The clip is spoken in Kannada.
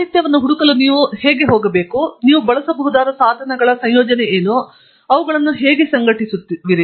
ಸಾಹಿತ್ಯವನ್ನು ಹುಡುಕಲು ನೀವು ಹೇಗೆ ಹುಡುಕಬಹುದು ನೀವು ಬಳಸಬಹುದಾದ ಸಾಧನಗಳ ಸಂಯೋಜನೆಯಲ್ಲಿ ಅವುಗಳನ್ನು ಸಂಘಟಿಸಲು ನಾನು ನಿಮ್ಮನ್ನು ತೋರಿಸುತ್ತೇನೆ